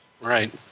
Right